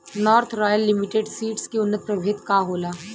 North Royal Limited Seeds के उन्नत प्रभेद का होला?